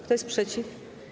Kto jest przeciw?